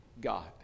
God